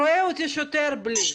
רואה אותי שוטר בלי מסכה.